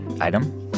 item